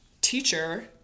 teacher